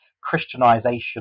Christianization